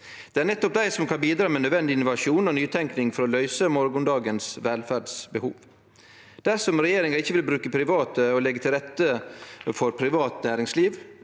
Det er nettopp dei som kan bidra med nød vendig innovasjon og nytenking for å løyse morgondagens velferdsbehov. Dersom regjeringa ikkje vil bruke private og leggje til rette for privat næringsliv,